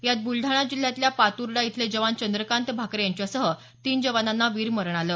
यात ब्रलडाणा जिल्ह्यातल्या पातुर्डा इथले जवान चंद्रकांत भाकरे यांच्यासह तीन जवानांना वीरमरण आलं